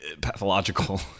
pathological